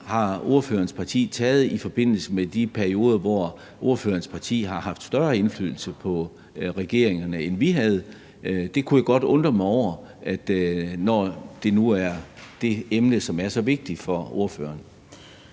har ordførerens parti taget i de perioder, hvor ordførerens parti har haft større indflydelse på regeringen, end vi havde? Det kunne jeg godt spekulere over, når det nu er et emne, der er så vigtigt for ordføreren.